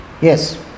Yes